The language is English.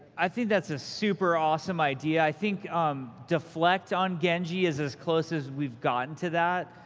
i think that's a super-awesome idea. i think um deflect on genji is as close as we've gotten to that.